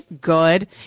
good